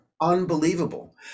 unbelievable